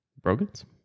Brogans